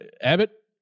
Abbott